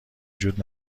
جود